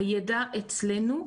הידע אצלנו,